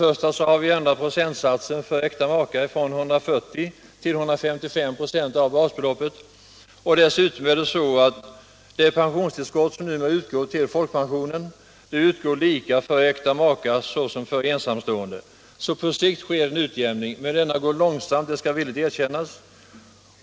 Vi har ändrat procentsatsen för äkta makar från 140 till 155 96 av basbeloppet, och dessutom är det pensionstillskott som nu har utgått till folkpensionen lika högt för äkta makar som för ensamstående. Så på sikt sker en utjämning. Men den går långsamt, det skall villigt erkännas.